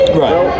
right